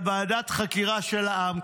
אלא ועדת חקירה של העם,